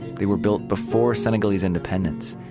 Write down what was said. they were built before senegalese independence.